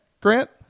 Grant